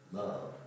love